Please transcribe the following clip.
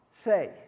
say